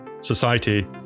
society